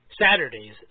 Saturdays